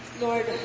Lord